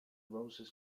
roses